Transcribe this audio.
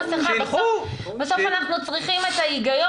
למעשה סגר מוחלט על העסקים שלנו.